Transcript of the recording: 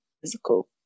physical